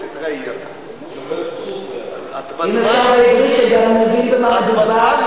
אם אפשר בעברית, שגם נבין במה מדובר.